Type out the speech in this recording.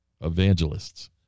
Evangelists